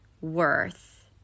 worth